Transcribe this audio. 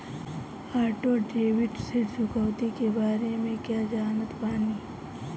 Auto debit ऋण चुकौती के बारे में कया जानत बानी?